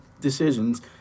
decisions